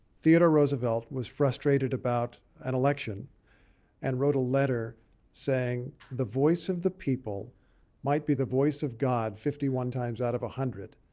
theodore roosevelt was frustrated about an election and wrote a letter saying the voice of the people might be the voice of god fifty one times out of one hundred,